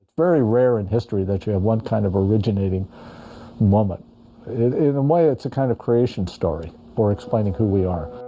very rare in history that you have one kind of originating moment in a and way. it's a kind of creation story for explaining who we are